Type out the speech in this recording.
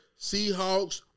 Seahawks